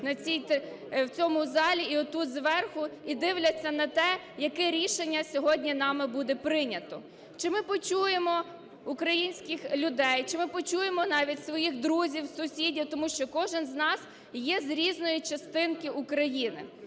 в цьому залі, отут зверху, і дивляться на те, яке рішення сьогодні нами буде прийнято. Чи ми почуємо українських людей, чи ми почуємо навіть своїх друзів, сусідів, тому що кожен з нас є з різної частинки України.